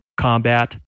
combat